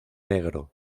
negro